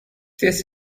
this